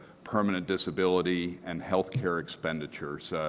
permanent disability and health care expenditures.